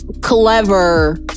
Clever